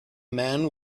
man